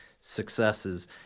successes